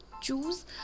choose